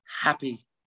happy